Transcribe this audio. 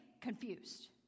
confused